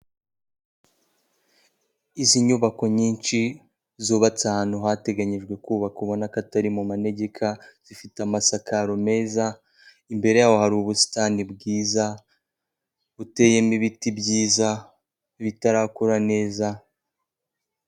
Izi nyubako nyinshi zubatse ahantu hateganyijwe kubakwa, ubona kotari mu manegeka ,zifite amasakaro meza, imbere yaho hari ubusitani bwiza, buteyemo ibiti byiza, bitarakura neza.